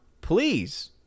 please